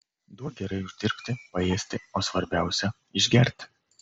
duok gerai uždirbti paėsti o svarbiausia išgerti